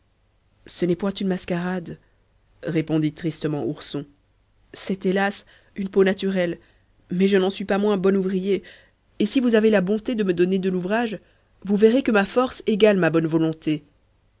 ce n'est point une mascarade répondit tristement ourson c'est hélas une peau naturelle mais je n'en suis pas moins bon ouvrier et si vous avez la bonté de me donner de l'ouvrage vous verrez que ma force égale ma bonne volonté